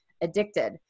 addicted